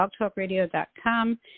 blogtalkradio.com